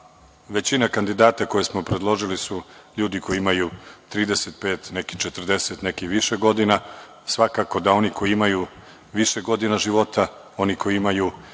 Većina kandidata koje smo predložili su ljudi koji imaju 35, neki 40, neki i više godina. Svakako da oni koji imaju više godina života, oni koji imaju